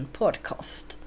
podcast